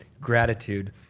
gratitude